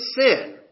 sin